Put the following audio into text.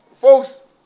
Folks